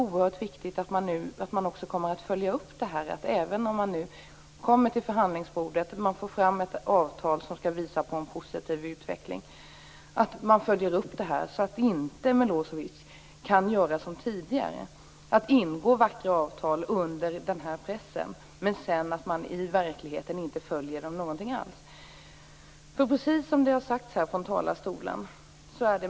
Om man nu kommer till förhandlingsbordet och om man träffar ett avtal om en positiv utveckling måste detta följas upp så att inte Milosevic kan göra som tidigare, dvs. ingå vackra avtal under press men sedan inte följa dem i verkligheten.